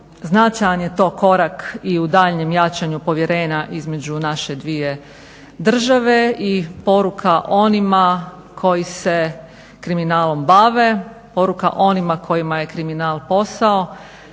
Značajan je to korak i u daljnjem jačanju povjerenja između naše dvije države i poruka onima koji se kriminalom bave, poruka onima kojima je kriminal posao,